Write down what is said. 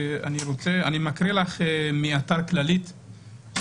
אני מקריא מאתר כללית,